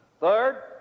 Third